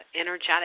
energetic